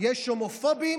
יש הומופובים